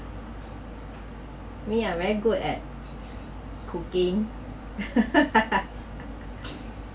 me ah very good at cooking